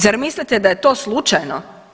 Zar mislite da je to slučajno?